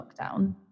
lockdown